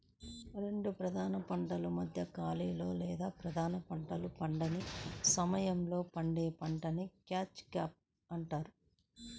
రెండు ప్రధాన పంటల మధ్య ఖాళీలో లేదా ప్రధాన పంటలు పండని సమయంలో పండే పంటని క్యాచ్ క్రాప్ అంటారు